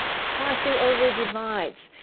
crossing over divides.